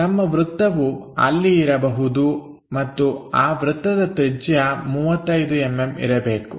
ನಮ್ಮ ವೃತ್ತವು ಅಲ್ಲಿ ಇರಬಹುದು ಮತ್ತು ಆ ವೃತ್ತದ ತ್ರಿಜ್ಯ 35mm ಇರಬೇಕು